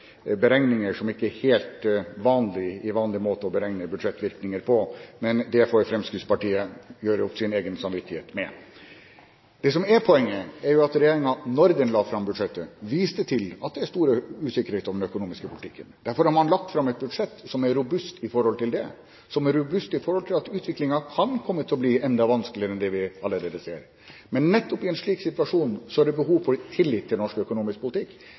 beregninger som ikke er i tråd med vanlig måte å beregne budsjettvirkninger på. Men det får jo Fremskrittspartiet gjøre opp med sin egen samvittighet. Det som er poenget, er jo at regjeringen, da den la fram budsjettet, viste til at det er stor usikkerhet om den økonomiske politikken. Derfor har man lagt fram et budsjett som er robust med tanke på det, som er robust med hensyn til at utviklingen kan komme til å bli enda vanskeligere enn det vi allerede ser. Men nettopp i en slik situasjon er det behov for tillit i norsk økonomisk politikk.